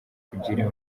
kugira